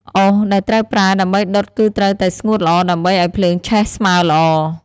អុសដែលត្រូវប្រើដើម្បីដុតគឺត្រូវតែស្ងួតល្អ ដើម្បីឱ្យភ្លើងឆេះស្មើល្អ។